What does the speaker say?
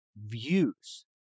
views